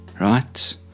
right